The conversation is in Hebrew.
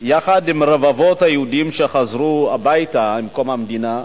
יחד עם רבבות היהודים שחזרו הביתה עם קום המדינה,